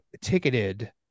ticketed